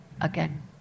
again